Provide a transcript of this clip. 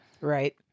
Right